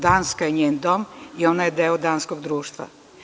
Danska je njen dom i ona je deo danskog društva.